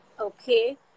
Okay